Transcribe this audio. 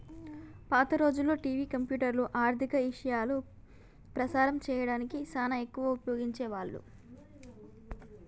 పాత రోజుల్లో టివి, కంప్యూటర్లు, ఆర్ధిక ఇశయాలు ప్రసారం సేయడానికి సానా ఎక్కువగా ఉపయోగించే వాళ్ళు